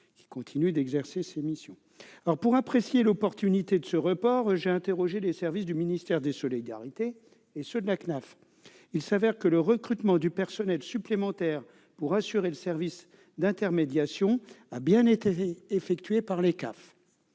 qui continue d'exercer ses missions. Pour apprécier l'opportunité du report, j'ai interrogé les services du ministère des solidarités et ceux de la CNAF. Les CAF ont bien recruté les personnels supplémentaires pour assurer le service d'intermédiation, mais une partie de